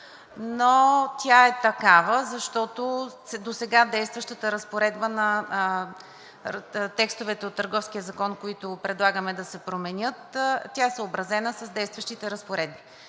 но тя е такава, защото досега действащата разпоредба, текстовете от Търговския закон, които предлагаме да се променят, тя е съобразена с действащите разпоредби.